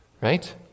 Right